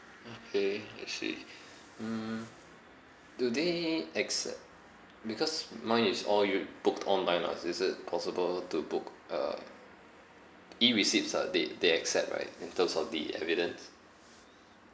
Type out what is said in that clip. okay I see mm do they acce~ because mine is all u~ booked online lah is it possible to book uh E receipts ah they they accept right in terms of the evidence